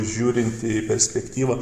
žiūrint į perspektyvą